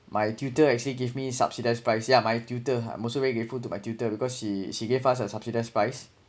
my tutor actually give me subsidized price yeah my tutor must be very grateful to my tutor because she she gave us a subsidized spice